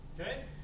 okay